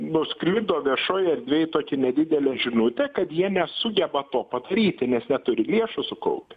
nuskrido viešoj erdvėj tokia nedidelė žinutė kad jie nesugeba to padaryti nes neturi lėšų sukaupę